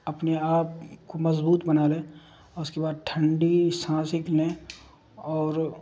اپنے آپ کو مضبوط بنا لیں اس کے بعد ٹھنڈی سانسک لیں اور